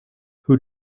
who